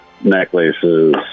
necklaces